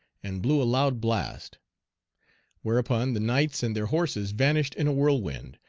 and blew a loud blast whereupon the knights and their horses vanished in a whirlwind,